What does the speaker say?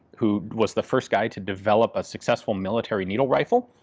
who was the first guy to develop a successful military needle rifle,